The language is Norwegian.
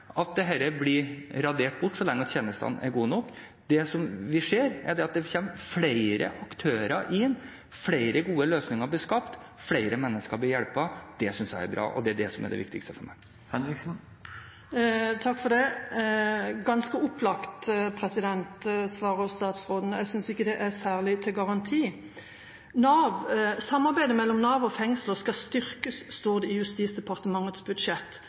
at dette blir radert bort så lenge tjenestene er gode nok. Det vi ser, er at det kommer flere aktører inn, flere gode løsninger blir skapt, og flere mennesker blir hjulpet. Det synes jeg er bra, og det er det som er det viktigste for meg. Svaret til statsråden er ganske opplagt, men jeg synes ikke det er særlig til garanti. Samarbeidet mellom Nav og fengsler skal styrkes, står det i Justisdepartementets budsjett